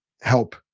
help